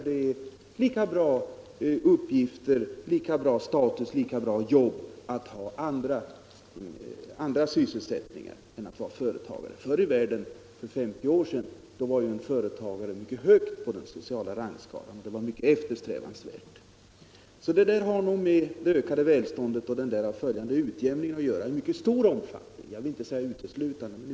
Det ger lika bra uppgifter och lika bra ställning att ha andra sysselsättningar som att vara företagare. Förr i världen, för 50 år sedan, stod en företagare mycket högt på den sociala rangskalan och hans plats var mycket eftersträvansvärd. De här problemen har alltså med det ökade välståndet och den därav följande utjämningen att göra i mycket stor omfattning — jag vill inte säga uteslutande.